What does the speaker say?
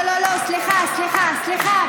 לא, לא, לא, סליחה, סליחה, סליחה.